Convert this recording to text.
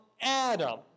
Adam